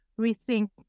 rethink